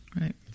Right